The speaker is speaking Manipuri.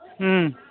ꯎꯝ